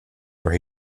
where